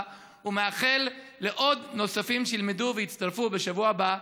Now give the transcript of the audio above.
ומאחל לעוד נוספים שילמדו ויצטרפו בשבוע הבא,